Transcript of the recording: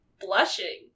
blushing